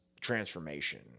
transformation